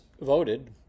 voted